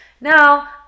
now